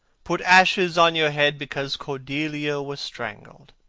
put ashes on your head because cordelia was strangled.